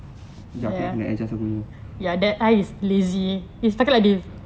jap aku nak adjust aku punya